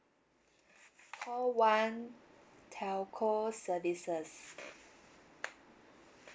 call one telco services